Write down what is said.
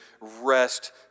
rest